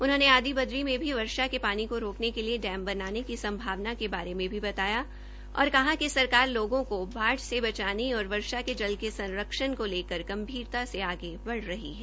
उन्होंने आदीबद्री में भी वर्षा के पानी को रोकने के लिए डैम बनाने की संभावना के बारे में भी बताया और कहा कि सरकार लोगों के बाद बाढ़ से बचने और वर्षा के जल के संरक्षण को लेकर गंभीरता से आगे बढ़ रही है